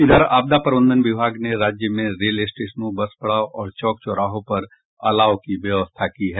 इधर आपदा प्रबंधन विभाग ने राज्य में रेल स्टेशनों बस पड़ाव और चौक चौराहों पर अलाव की व्यवस्था की है